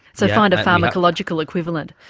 so find a pharmacological equivalent?